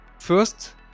first